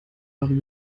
eure